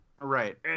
Right